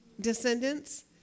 descendants